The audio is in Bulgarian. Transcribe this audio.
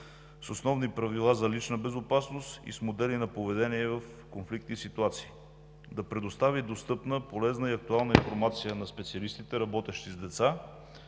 с основни правила за лична безопасност и с модели на поведение в конфликтни ситуации; - да предостави достъпна, полезна и актуална информация на специалистите, работещи с деца;